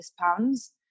pounds